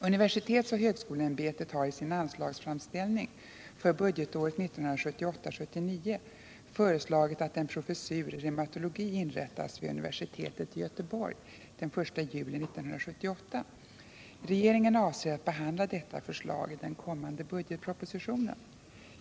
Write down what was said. Universitetsoch högskoleämbetet har i sin anslagsframställning för budgetåret 1978/79 föreslagit att en professur i reumatologi inrättas vid universitetet i Göteborg den 1 juli 1978. Regeringen avser att behandla detta förslag i den kommande budgetpropositionen.